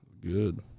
Good